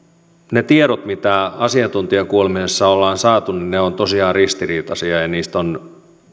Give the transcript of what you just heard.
ne tiedot mitä asiantuntijakuulemisessa ollaan saatu ovat tosiaan ristiriitaisia ja niistä on